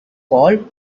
called